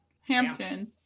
hampton